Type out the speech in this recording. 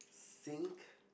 think